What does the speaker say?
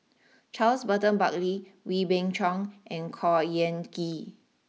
Charles Burton Buckley Wee Beng Chong and Khor Ean Ghee